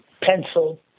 pencil